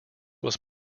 was